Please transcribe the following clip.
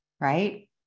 right